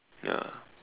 ya